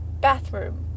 bathroom